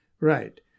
right